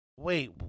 Wait